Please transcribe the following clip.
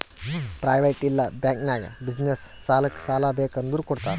private ಇಲ್ಲಾ bank ನಾಗ್ business ಸಲ್ಯಾಕ್ ಸಾಲಾ ಬೇಕ್ ಅಂದುರ್ ಕೊಡ್ತಾರ್